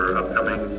upcoming